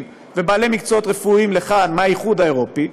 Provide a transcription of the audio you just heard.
ובעלי מקצועות רפואיים לכאן מהאיחוד האירופי,